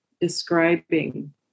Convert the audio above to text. describing